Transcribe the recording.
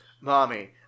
mommy